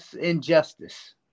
Injustice